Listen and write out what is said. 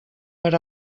per